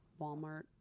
walmart